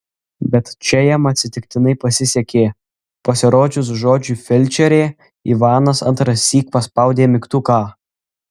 bet čia jam atsitiktinai pasisekė pasirodžius žodžiui felčerė ivanas antrąsyk paspaudė mygtuką